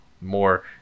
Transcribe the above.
more